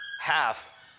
half